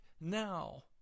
now